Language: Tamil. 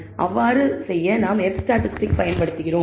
அவ்வாறு செய்ய நாம் F ஸ்டாட்டிஸ்டிக் பயன்படுத்துகிறோம்